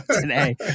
today